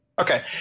Okay